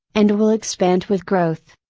and will expand with growth.